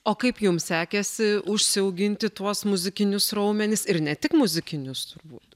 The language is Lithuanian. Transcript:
o kaip jums sekėsi užsiauginti tuos muzikinius raumenis ir ne tik muzikinius turbūt